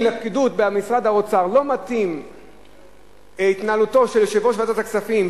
אם לפקידות במשרד האוצר לא מתאימה התנהלותו של יושב-ראש ועדת הכספים,